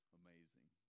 amazing